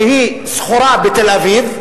שהיא שכורה בתל-אביב,